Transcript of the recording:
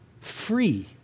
free